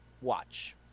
watch